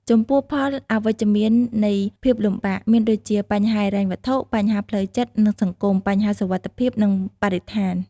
ចំពោះផលអវិជ្ជនៃភាពលំបាក មានដូចជាបញ្ហាហិរញ្ញវត្ថុ បញ្ហាផ្លូវចិត្ត និងសង្គម ,បញ្ហាសុវត្ថិភាព និងបរិស្ថាន។